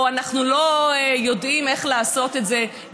או שאנחנו לא יודעים איך לעשות את זה,